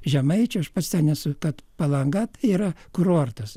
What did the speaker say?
žemaičių aš pats ten esu kad palanga yra kurortas